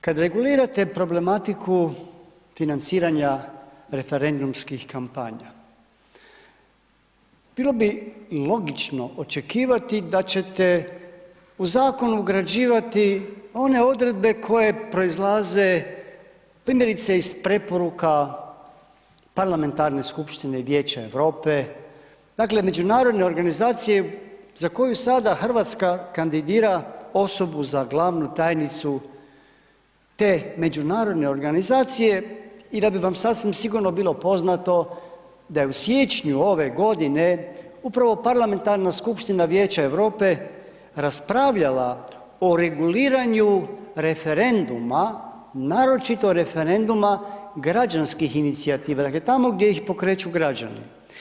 Kad regulirate problematiku financiranja referendumskih kampanja, bilo bi logično očekivati da ćete u zakon ugrađivati one odredbe koje proizlaze primjerice iz preporuka parlamentarne skupštine i vijeće Europe, dakle, međunarodne organizacije za koju sada RH kandidira osobu za glavnu tajnicu te međunarodne organizacije i da bi vam sasvim sigurno bilo poznato da je u siječnju ove godine upravo parlamentarna skupština vijeća Europe raspravljala o reguliranju referenduma, naročito referenduma građanskih inicijativa, dakle, tamo gdje ih pokreću građani.